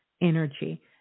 energy